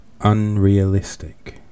unrealistic